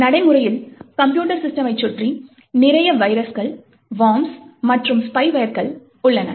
நடைமுறையில் கம்ப்யூட்டர் சிஸ்டம்மைச் சுற்றி நிறைய வைரஸ்கள் வார்ம்ஸ் மற்றும் ஸ்பைவேர்கள் உள்ளன